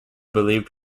believed